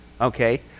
Okay